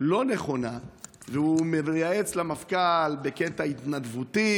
לא נכונה והוא מייעץ למפכ"ל בקטע התנדבותי,